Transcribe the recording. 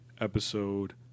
episode